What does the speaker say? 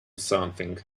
something